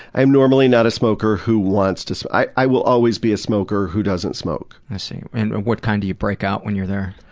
i am normally not a smoker who wants to so smoke. i will always be a smoker who doesn't smoke. i see. and what kind do you break out, when you're there?